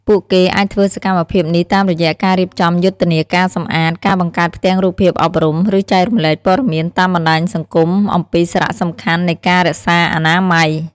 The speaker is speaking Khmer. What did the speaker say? ពួកគេអាចធ្វើសកម្មភាពនេះតាមរយៈការរៀបចំយុទ្ធនាការសម្អាត, ការបង្កើតផ្ទាំងរូបភាពអប់រំ ឬចែករំលែកព័ត៌មានតាមបណ្ដាញសង្គមអំពីសារៈសំខាន់នៃការរក្សាអនាម័យ។